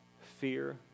fear